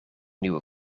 nieuwe